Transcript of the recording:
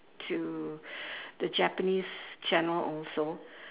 to the Japanese channel also